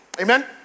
Amen